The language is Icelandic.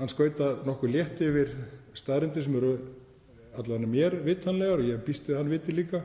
hann skauta nokkuð létt yfir staðreyndir sem eru alla vega mér vitanlegar og ég býst við að hann viti líka,